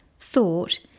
Thought